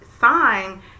sign